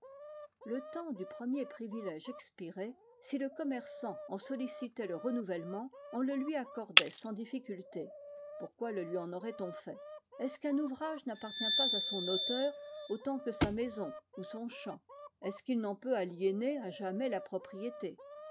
le temps du premier privilège expiré si le commerçant en sollicitait le renouvellement on le lui accordait sans difficulté et pourquoi lui en aurait-on fait est-ce qu'un ouvrage n'appartient pas à son auteur autant que sa maison ou son champ est-ce qu'il n'en peut aliéner à jamais la propriété